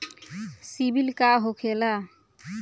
सीबील का होखेला?